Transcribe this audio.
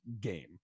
game